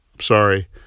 Sorry